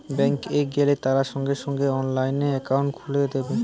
bank এ গেলে তারা সঙ্গে সঙ্গে অনলাইনে একাউন্ট খুলে দেবে